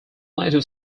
native